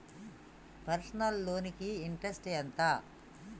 Personal loan కి interest ఎంత?